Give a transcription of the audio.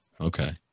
okay